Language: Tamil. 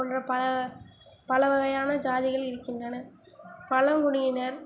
போன்ற பல பல வகையான ஜாதிகள் இருக்கின்றன பழங்குடியினர்